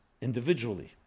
individually